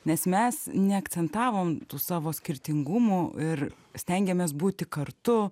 nes mes neakcentavom tų savo skirtingumų ir stengėmės būti kartu